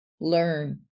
learn